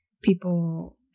people